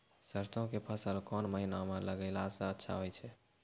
सरसों के फसल कोन महिना म लगैला सऽ अच्छा होय छै?